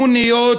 מוניות,